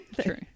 True